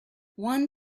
one